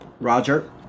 Roger